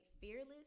fearless